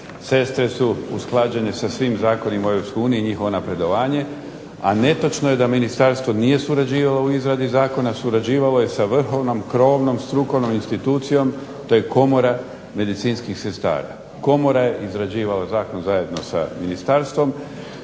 Sestre su usklađene sa svim zakonima o Europskoj uniji i njihovo napredovanja. A netočno je da ministarstvo nije surađivalo u izradi zakona. Surađivalo je sa vrhovnom krovnom strukovnom institucijom. To je Komora medicinskih sestara. Komora je izrađivala zakon zajedno sa ministarstvom.